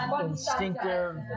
instinctive